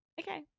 Okay